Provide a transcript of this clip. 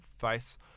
face